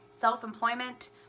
self-employment